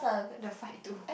the fight too